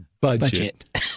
Budget